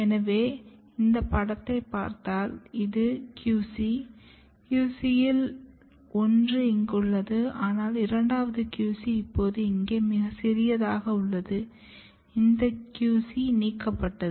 எனவே நீங்கள் இந்த படத்தைப் பார்த்தால் இது உங்கள் QC QC இல் ஒன்று இங்கு உள்ளது ஆனால் இரண்டாவது QC இப்போது இங்கே மிகச் சிறியதாக உள்ளது இந்த QC நீக்கப்பட்டது